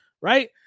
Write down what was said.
right